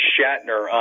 Shatner